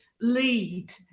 lead